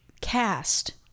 cast